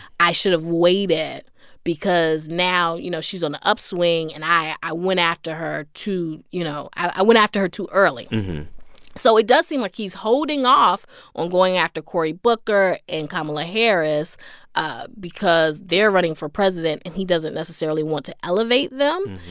i should have waited because now, you know, she's on the upswing, and i i went after her too you know, i went after her too early so it does seem like he's holding off on going after cory booker and kamala harris ah because they're running for president, and he doesn't necessarily want to elevate them.